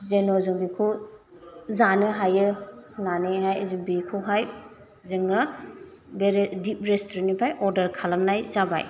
जेन' जों बेखौ जानो हायो होन्नानैहाय जों बेखौहाय जोङो बे रे डीप रेस्टुरेन्टनिफ्राय अर्डार खालामनाय जाबाय